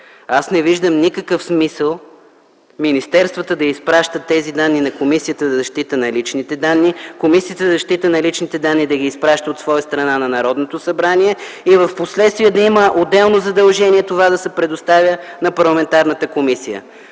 Аз не виждам никакъв смисъл министерствата да изпращат тези данни на Комисията за защита на личните данни, Комисията за защита на личните данни да ги изпраща от своя страна на Народното събрание и впоследствие да има отделно задължение това да се предоставя на парламентарната комисия.